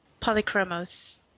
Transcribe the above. Polychromos